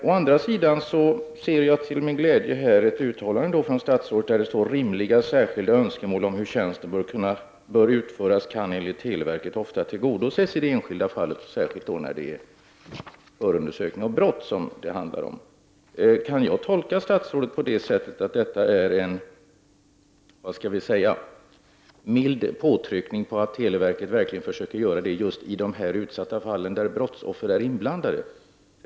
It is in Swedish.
Å andra sidan ser jag till min glädje ett uttalande från statsrådet där det står att rimliga särskilda önskemål om hur tjänsten bör kunna utföras kan enligt televerket ofta tillgodoses i det enskilda fallet, särskilt när det gäller förundersökning i brottmål. Kan jag tolka statsrådet på det sättet att detta är en — vad skall vi säga — mild påtryckning för att televerket verkligen försöker göra så i just dessa fall där utsatta brottsoffer är inblandade?